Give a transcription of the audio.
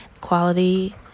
quality